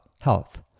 health